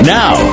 now